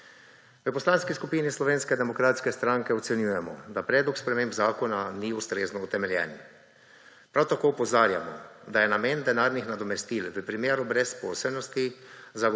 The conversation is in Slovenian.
V Poslanski skupini Slovenske demokratske stranke ocenjujemo, da predlog sprememb zakona ni ustrezno utemeljen. Prav tako opozarjamo, da je namen denarnih nadomestil v primeru brezposelnosti